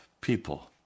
people